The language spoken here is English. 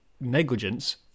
negligence